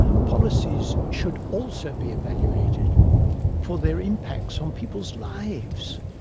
policies should also be evaluated for their impacts on people's lives.